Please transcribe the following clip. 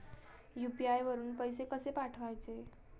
UPI वरून पैसे कसे पाठवायचे?